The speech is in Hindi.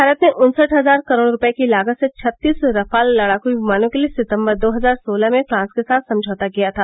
भारत ने उन्सठ हजार करोड़ रुपए की लागत से छत्तीस रफाल लड़ाकू विमानों के लिए सितंबर दो हजार सोलह में फ्रांस के साथ समझौता किया था